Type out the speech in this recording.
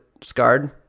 scarred